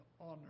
honor